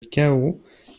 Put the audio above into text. chaos